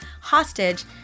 hostage